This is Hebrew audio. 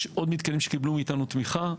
יש עוד מתקנים שקיבלו מאתנו תמיכה.